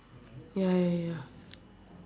ya ya ya